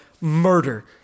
murder